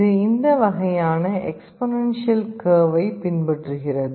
இது இந்த வகையான எக்ஸ்பொனென்ஷியல் கர்வைப் பின்பற்றுகிறது